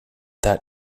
that